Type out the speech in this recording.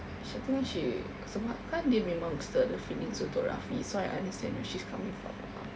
she I think she sebab kan dia memang ada feelings for rafi so I understand where she's coming from lah